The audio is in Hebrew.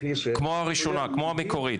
כמו הראשונה, כמו המקורית?